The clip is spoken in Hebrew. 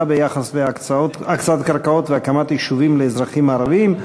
ביחס להקצאת קרקעות והקמת יישובים לאזרחים הערבים,